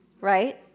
right